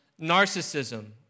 narcissism